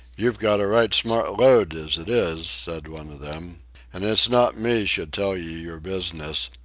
you've got a right smart load as it is, said one of them and it's not me should tell you your business,